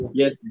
yes